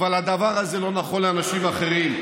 אבל הדבר הזה לא נכון לאנשים אחרים.